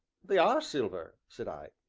they are silver, said i.